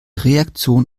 reaktion